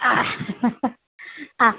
ହଁ